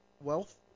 wealth